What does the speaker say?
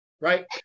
right